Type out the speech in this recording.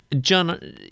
John